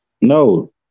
No